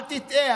אל תטעה,